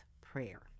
prayer